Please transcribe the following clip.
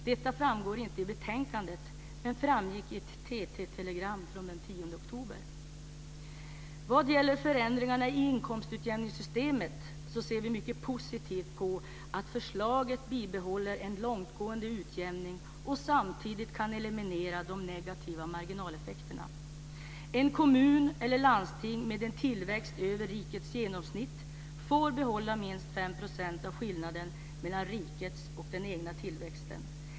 Detta framgår inte i betänkandet, men det framgick i ett TT Beträffande förändringarna i inkomstutjämningssystemet ser vi mycket positivt på att man i förslaget bibehåller en långtgående utjämning och samtidigt eliminerar de negativa marginaleffekterna. En kommun eller ett landsting med en tillväxt över rikets genomsnitt får behålla minst 5 % av skillnaden mellan rikets tillväxt och den egna tillväxten.